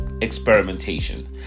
experimentation